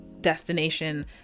destination